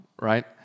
right